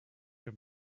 can